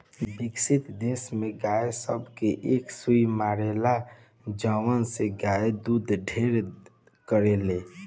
विकसित देश में गाय सब के एक सुई मारेला जवना से गाय दूध ढेर करले